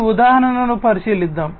ఈ ఉదాహరణను పరిశీలిద్దాం